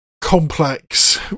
complex